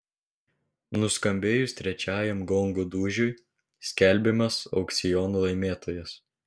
nuskambėjus trečiajam gongo dūžiui skelbiamas aukciono laimėtojas